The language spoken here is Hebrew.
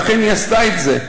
ואכן היא עשתה את זה.